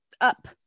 up